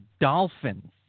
Dolphins